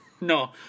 No